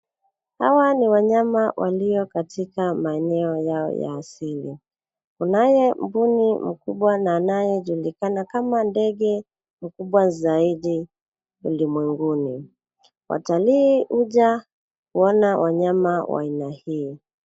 Hawa ni wanyama walio katika maeneo yao ya asili. Kunaye mbuni mkubwa na anayejulikana kama ndege mkubwa zaidi ulimwenguni. Watalii huja kuona wanyama wa aina hii.